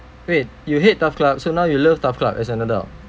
wait you hate TAF club so now you love TAF club as an adult